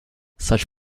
such